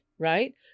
Right